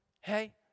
Hey